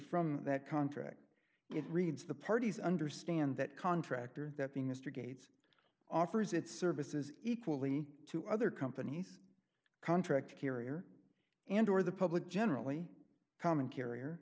from that contract it reads the parties understand that contract or that being mr gates offers its services equally to other companies contract carrier and or the public generally common carrier